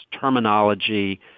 terminology